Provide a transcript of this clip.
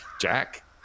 Jack